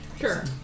Sure